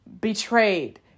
betrayed